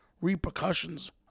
repercussions